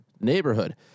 neighborhood